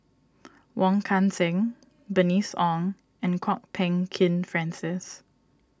Wong Kan Seng Bernice Ong and Kwok Peng Kin Francis